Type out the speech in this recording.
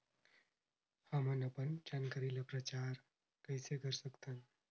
हमन अपन जानकारी ल प्रचार कइसे कर सकथन?